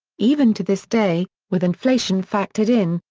even to this day, with inflation factored in,